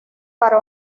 para